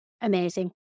amazing